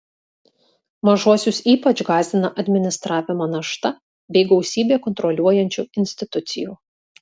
mažuosius ypač gąsdina administravimo našta bei gausybė kontroliuojančių institucijų